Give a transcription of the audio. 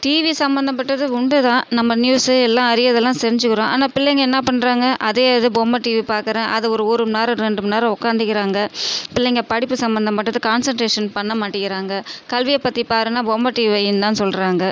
TV சம்பந்தப்பட்டது உண்டு தான் நம்ம நியூசு எல்லாம் அறியறது எல்லாம் செஞ்சுக்குறோம் ஆனால் பிள்ளைங்க என்ன பண்ணுறாங்க அதே இது பொம்மை டிவி பார்க்கறேன் அதை ஒரு ஒரு மணிநேரம் ரெண்டு மணிநேரம் உட்காந்துக்கிறாங்க பிள்ளைங்க படிப்பு சம்பந்தப்பட்டது கான்சன்ட்ரேசன் பண்ண மாட்டேங்கிறாங்க கல்வியை பற்றி பாருனால் பொம்மை டிவி வைன்னு தான் சொல்கிறாங்க